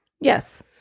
Yes